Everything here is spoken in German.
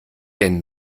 denn